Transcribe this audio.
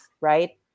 right